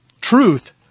truth